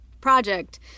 Project